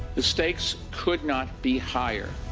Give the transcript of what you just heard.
the stakes could not be higher.